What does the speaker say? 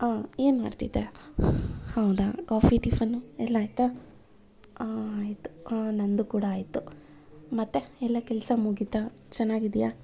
ಏನು ಮಾಡ್ತಿದ್ದೆ ಹೌದಾ ಕಾಫೀ ಟಿಫನು ಎಲ್ಲ ಆಯಿತಾ ಆಯಿತು ನನ್ನದು ಕೂಡ ಆಯಿತು ಮತ್ತೆ ಎಲ್ಲ ಕೆಲಸ ಮುಗೀತಾ ಚೆನ್ನಾಗಿದ್ದೀಯಾ